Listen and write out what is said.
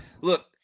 look